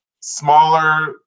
smaller